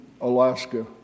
Alaska